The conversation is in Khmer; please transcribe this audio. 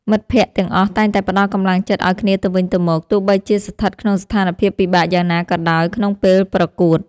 មិត្តភក្តិទាំងអស់តែងតែផ្ដល់កម្លាំងចិត្តឱ្យគ្នាទៅវិញទៅមកទោះបីជាស្ថិតក្នុងស្ថានភាពពិបាកយ៉ាងណាក៏ដោយក្នុងពេលប្រកួត។